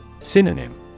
Synonym